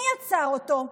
מי עצר אותו?